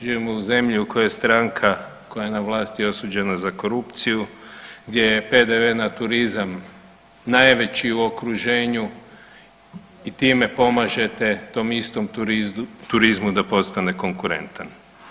Živimo u zemlji u kojoj stranka koja je na vlasti osuđena za korupciju, gdje je PDV na turizam najveći u okruženju i time pomažete tom istom turizmu da postane konkurentan.